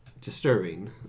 disturbing